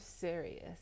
serious